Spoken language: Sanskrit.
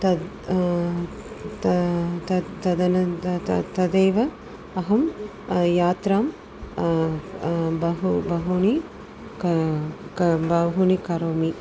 तद् त तत् तदनन्त तदेव अहं यात्रां बहु बहूनि क क बहूनि करोमि